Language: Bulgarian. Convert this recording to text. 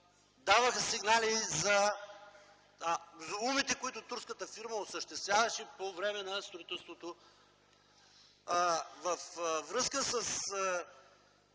даваха сигнали за золумите, които турската фирма осъществяваше по време на строителството. Във връзка с